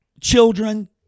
children